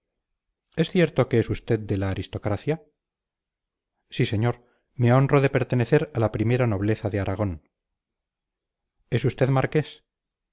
es cierto que es usted de la aristocracia sí señor me honro de pertenecer a la primera nobleza de aragón es usted marqués